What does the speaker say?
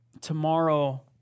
Tomorrow